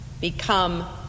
become